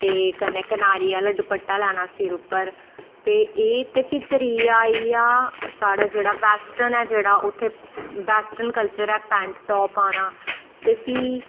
ते कन्नै कनारी आह्ला दुपट्टा लैना सिर उप्पर ते एह् ते फ्ही त्रीआ आई गेआ साढ़ा जेह्ड़ा वेस्टर्न ऐ जेह्ड़ा उत्थै वेस्टर्न कल्चर ऐ पैंट टाप पाना ते फ्ही